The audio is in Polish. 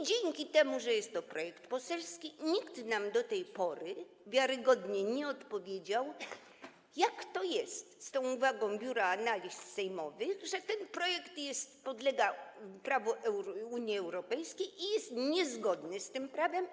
Dlatego że jest to projekt poselski, nikt nam do tej pory wiarygodnie nie odpowiedział, jak to jest z tą uwagą Biura Analiz Sejmowych, że ten projekt podlega prawu Unii Europejskiej i że jest niezgodny z tym prawem.